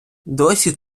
досі